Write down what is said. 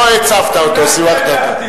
לא העצבת אותו, שימחת אותו.